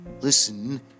listen